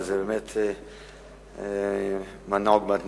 וזה באמת למנוע עוגמת נפש.